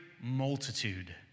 multitude